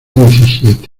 diecisiete